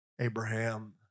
Abraham